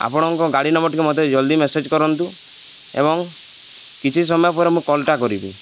ଆପଣଙ୍କ ଗାଡ଼ି ନମ୍ବର ଟିକେ ମୋତେ ଜଲଦି ମେସେଜ୍ କରନ୍ତୁ ଏବଂ କିଛି ସମୟ ପରେ ମୁଁ କଲ୍ଟା କରିବି